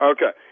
Okay